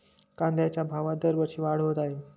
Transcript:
कांद्याच्या भावात दरवर्षी वाढ होत आहे